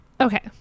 Okay